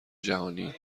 جهانی